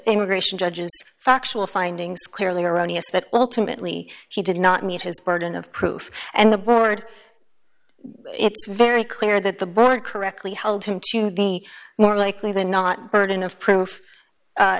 immigration judges factual findings clearly erroneous that ultimately he did not meet his burden of proof and the board it's very clear that the board correctly held him to be more likely than not burden of proof